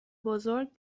بزرگ